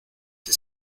que